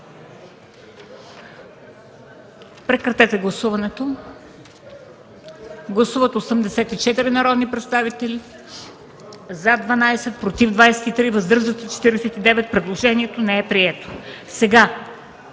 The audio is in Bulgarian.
Моля, гласувайте. Гласували 84 народни представители: за 12, против 23, въздържали се 49. Предложението не е прието.